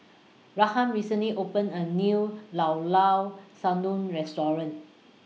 Ruthann recently opened A New Llao Llao Sanum Restaurant